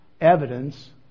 evidence